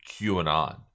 QAnon